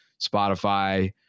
Spotify